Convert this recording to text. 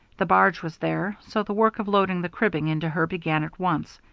the barge was there, so the work of loading the cribbing into her began at once.